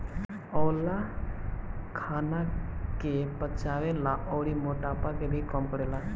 आंवला खाना के पचावे ला अउरी मोटाइ के भी कम करेला